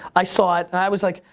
i saw it and i was like,